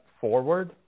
forward